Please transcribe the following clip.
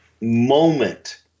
moment